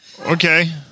okay